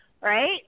right